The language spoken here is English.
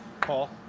Paul